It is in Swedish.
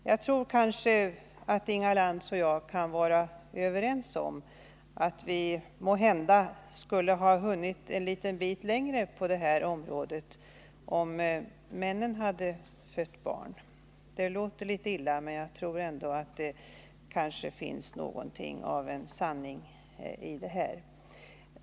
Jag tror att Inga Lantz och jag kan vara överens om att vi måhända skulle ha hunnit en liten bit längre på det här området, om männen hade fött barn. Det låter litet illa, men jag tror att det finns något av sanning i detta.